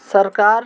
सरकार